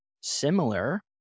Similar